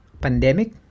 pandemic